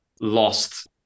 lost